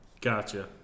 Gotcha